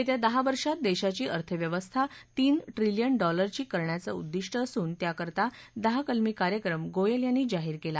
येत्या दहा वर्षात देशाची अर्थव्यवस्था तीन ट्रिलियन डॉलरची करण्याचं उद्दिष्ट असून त्याकरता दहा कलमी कार्यक्रम गोयल यांनी जाहीर केला